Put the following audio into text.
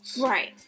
Right